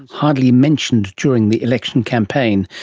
hardly mentioned during the election campaign,